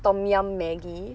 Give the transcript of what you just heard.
tom yum Maggi